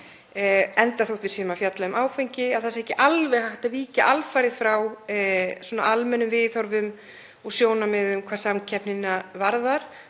Þótt við séum að fjalla um áfengi er ekki hægt að víkja alfarið frá almennum viðhorfum og sjónarmiðum hvað samkeppnina varðar.